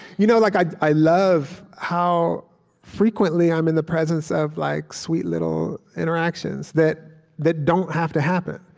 you know like i i love how frequently i'm in the presence of like sweet little interactions that that don't have to happen,